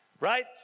right